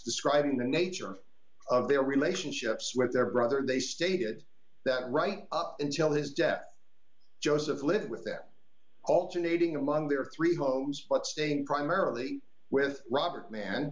describing the nature of their relationships with their brother they stated that right up until his death joseph lived with them alternating among their three homes but staying primarily with robert man